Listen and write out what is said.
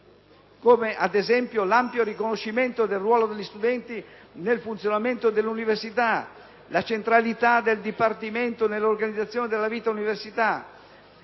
come - ad esempio - l'ampio riconoscimento del ruolo degli studenti nel funzionamento dell'università, la centralità del dipartimento nell'organizzazione della vita dell'università,